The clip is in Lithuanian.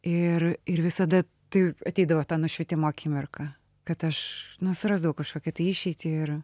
ir ir visada tai ateidavo ta nušvitimo akimirka kad aš nu surasdavau kažkokią išeitį ir